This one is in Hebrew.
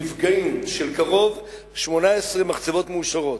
מפגעים של קרוב ל-18 מחצבות מאושרות,